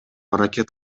аракет